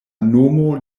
nomo